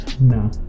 No